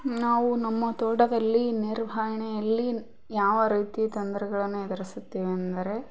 ನಾವು ನಮ್ಮ ತೋಟದಲ್ಲಿ ನಿರ್ವಹಣೆಯಲ್ಲಿ ಯಾವ ರೀತಿ ತೊಂದರೆಗಳನ್ನು ಎದುರಿಸುತ್ತೀವಿ ಅಂದರೆ